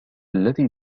الذي